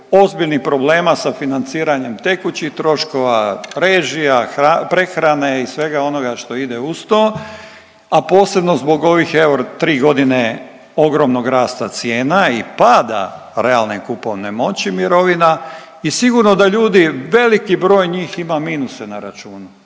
ozbiljnih problema sa financiranjem tekućih troškova, režija, prehrane i svega onoga što ide uz to, a posebno zbog ovih evo tri godine ogromnog rasta cijena i pada realne kupovne moći mirovina i sigurno da ljudi, veliki broj njih ima minuse na računu.